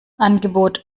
angebot